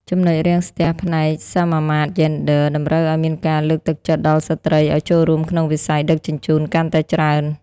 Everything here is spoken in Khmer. ចំណុចរាំងស្ទះផ្នែក "សមាមាត្រយេនឌ័រ" តម្រូវឱ្យមានការលើកទឹកចិត្តដល់ស្ត្រីឱ្យចូលរួមក្នុងវិស័យដឹកជញ្ជូនកាន់តែច្រើន។